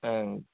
ஆ